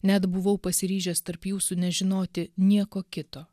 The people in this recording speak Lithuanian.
net buvau pasiryžęs tarp jūsų nežinoti nieko kito